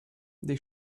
they